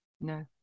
No